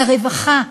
לרווחה,